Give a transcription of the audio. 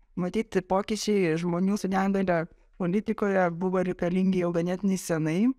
matyt pokyčiai žmonių su negalia politikoje buvo reikalingi jau ganėtinai senai